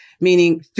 meaning